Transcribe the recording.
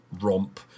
romp